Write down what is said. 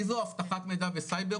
IZO אבטחת מידע וסייבר,